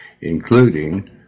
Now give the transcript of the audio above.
including